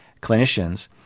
clinicians